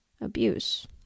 abuse